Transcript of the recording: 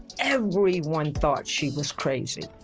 everyone thought she was crazy.